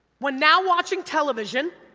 when now watching television,